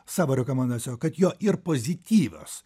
savo rekomenacijoj kad jo ir pozityvios